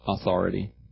authority